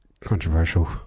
controversial